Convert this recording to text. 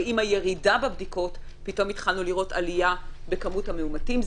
ועם הירידה בבדיקות פתאום התחלנו לראות עלייה בכמות המאומתים.